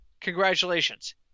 congratulations